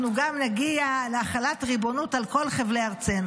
אנחנו גם נגיע להחלת ריבונות על כל חבלי ארצנו.